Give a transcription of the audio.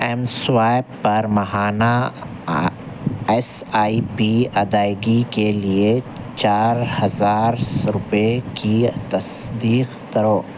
M swipe پر مہانہ S I P ادائیگی کے لیے چار ہزار روپئے کی تصدیق کرو